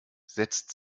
setzt